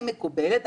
היא מקובלת,